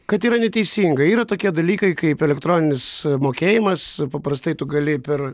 kad yra neteisinga yra tokie dalykai kaip elektroninis mokėjimas paprastai tu gali per